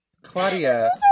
Claudia